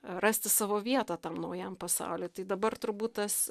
rasti savo vietą tam naujam pasauly tai dabar turbūt tas